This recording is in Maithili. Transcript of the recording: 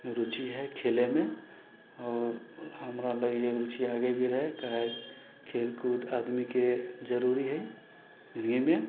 रुचि हइ खेलैमे हमरा लगै हइ रुचि आगे भी रहै कियाकि खेलकूद आदमीके जरूरी हइ जिन्दगीमे